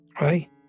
Right